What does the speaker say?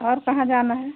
और कहाँ जाना है